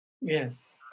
Yes